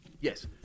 Yes